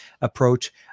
approach